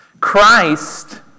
Christ